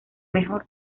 mejor